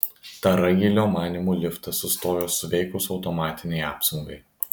tarailio manymu liftas sustojo suveikus automatinei apsaugai